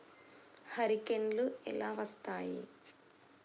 హరికేన్లు ఎలా వస్తాయి?